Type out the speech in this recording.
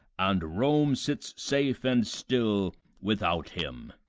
and rome sits safe and still without him.